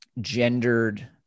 gendered